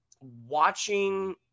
watching